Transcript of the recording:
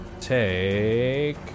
take